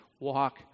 walk